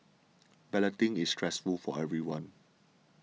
balloting is stressful for everyone